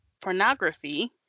pornography